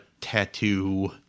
tattoo –